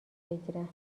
بگیرم